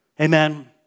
Amen